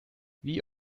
wie